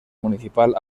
municipal